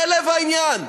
זה לב העניין.